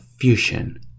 fusion